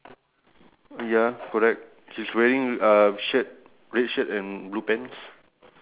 oh then that's the difference also